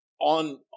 on